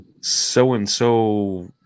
so-and-so